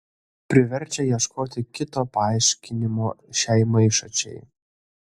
priverčia ieškoti kito paaiškinimo šiai maišačiai